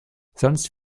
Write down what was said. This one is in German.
sonst